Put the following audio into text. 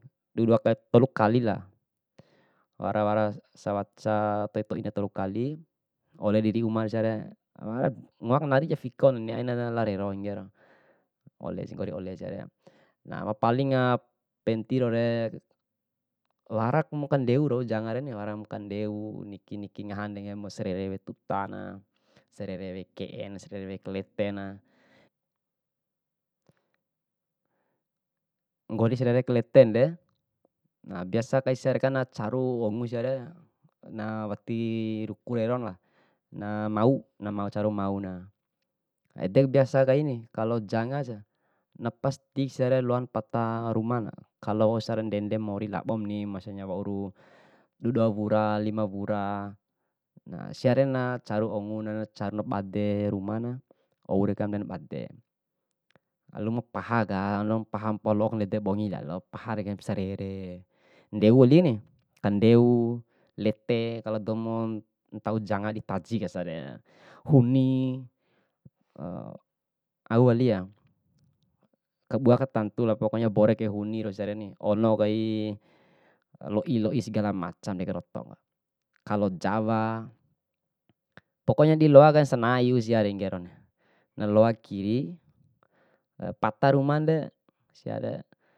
Dua- dua kali tolu kalilah, wara wara sewaca toi toina tolu kali'oli ridi ruma na siare wara ngoa kenari fikona aina lao rero, olesi nggori ole siare. palinga penting dohore waraku makandeu jangare, wara makandeu niki niki ngahana sesere wea tutana, sarere wea keena, sarere wea kletena. nggori sarere wea kletenden nah biasa kai siare nacaru ongu siare nawati ruku rerona, namawu nacaru mawuna. Edepa biasa kaini kalo jangasi, napasti siare loan napata rumana, kalo wausi ndende mori laomuni maksudnya waura dua dua wura, lima wura, nah siare na caru onguna caru badena rumana, ou dekare na bade. alum pahaka andomu paha lo o bongi kandede lalo, paha kae sarere, ndeu wali ni, kandeu, lete kalo dou mantau janga ditaji, huni au wali ya, kabua katantu pokoknya bore kai huni siareni, ono kai loi loi segala macam dei karoto, kalo jawa, pokoknya loa kai sena iu sia kero na loa kiri pata rumande siare.